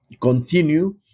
continue